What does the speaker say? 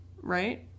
right